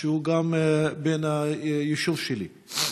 שהוא גם בן היישוב שלי.